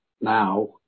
now